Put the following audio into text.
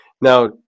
Now